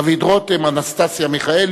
אגרות והוצאות (תיקון מס' 14),